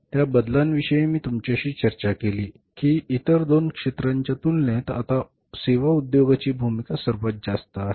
त्या बदलांविषयी मी तुमच्याशी चर्चा केली की इतर दोन क्षेत्रांच्या तुलनेत आता सेवा उद्योगाची भूमिका सर्वात जास्त आहे